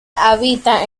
habita